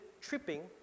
tripping